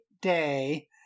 day